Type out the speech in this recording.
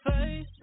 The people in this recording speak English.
face